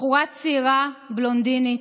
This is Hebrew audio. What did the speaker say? בחורה צעירה, בלונדינית,